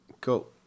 Cool